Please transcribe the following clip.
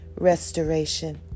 restoration